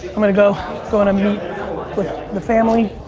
i'm gonna go go and meet with the family.